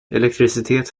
elektricitet